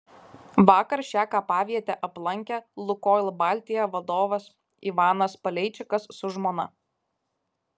vakar šią kapavietę aplankė lukoil baltija vadovas ivanas paleičikas su žmona